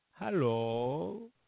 Hello